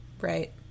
Right